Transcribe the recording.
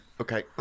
Okay